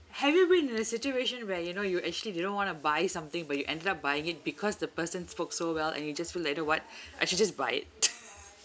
have you been in a situation where you know you actually didn't want to buy something but you ended up buying it because the person spoke so well and you just like you know [what] I should just buy it